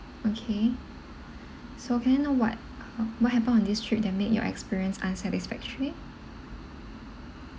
okay so can I know what what happened on this trip that make your experience unsatisfactory